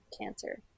cancer